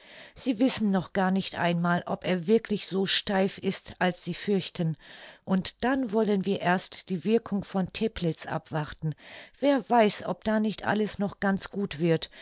sie wissen noch gar nicht einmal ob er wirklich so steif ist als sie fürchten und dann wollen wir erst die wirkung von teplitz abwarten wer weiß ob da nicht alles noch ganz gut wird